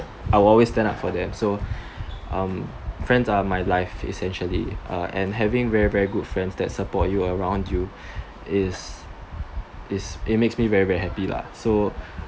I would always stand up for them so um friends are my life essentially and having very very good friends that support you around you is is it's make me very very happy lah so